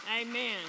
amen